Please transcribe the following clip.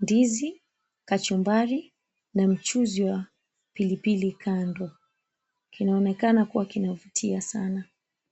ndizi, kachumbari na mchuzi wa pilipili kando. Kinaonekana kuwa kinavutia sana.